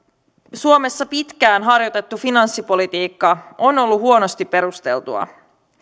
suomessa pitkään harjoitettu finanssipolitiikka on ollut huonosti perusteltua